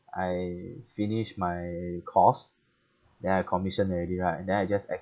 I finished my course then I commission already right then I just extend